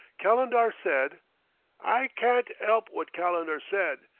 calendar said i carn't elp wot calendar said.